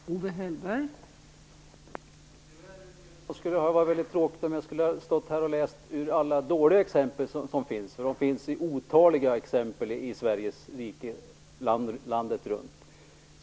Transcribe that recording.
Fru talman! Det skulle ha varit väldigt tråkigt om jag hade stått här och läst om alla dåliga exempel som finns, för de är otaliga landet runt.